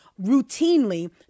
routinely